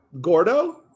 Gordo